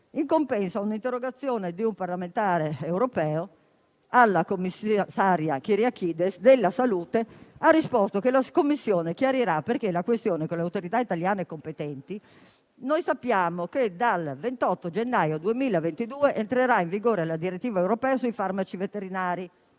in compenso ad un'interrogazione di un parlamentare europeo, alla commissaria alla salute Kyriakides ha risposto che la Commissione chiarirà la questione con le autorità italiane competenti. Noi sappiamo che dal 28 gennaio 2022 entrerà in vigore la direttiva europea sui farmaci veterinari